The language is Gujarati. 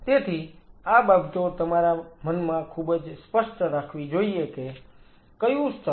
તેથી આ બાબતો તમારે તમારા મનમાં ખુબ સ્પષ્ટ રાખવી જોઈએ કે કયું સ્તર